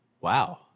Wow